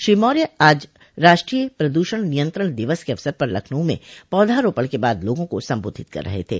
श्री मौर्य आज राष्ट्रीय प्रदूषण नियंत्रण दिवस के अवसर पर लखनऊ में पौधा रोपण के बाद लोगों को संबोधित कर रहे थे